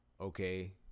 okay